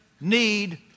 need